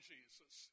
Jesus